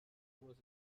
was